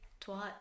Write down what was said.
twat